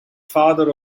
father